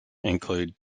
include